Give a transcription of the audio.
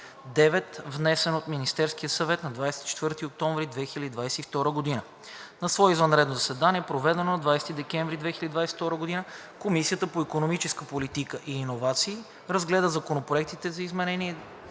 внесен от Министерския съвет на 24 октомври 2022 г. На свое извънредно заседание, проведено на 20 декември 2022 г., Комисията по икономическа политика и иновации разгледа законопроектите за изменение